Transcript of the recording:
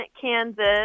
Kansas